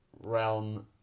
realm